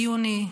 ביוני,